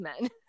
men